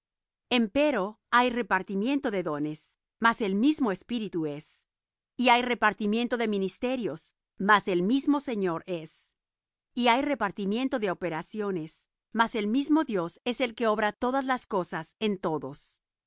santo empero hay repartimiento de dones mas el mismo espíritu es y hay repartimiento de ministerios mas el mismo señor es y hay repartimiento de operaciones mas el mismo dios es el que obra todas las cosas en todos